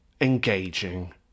Engaging